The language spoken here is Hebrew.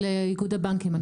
של איגוד הבנקים.